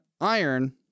iron